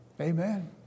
Amen